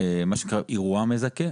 אירוע מזכה.